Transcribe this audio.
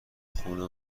خونه